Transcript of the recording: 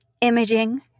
imaging